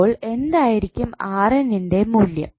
അപ്പോൾ എന്തായിരിക്കും ൻ്റെ മൂല്യം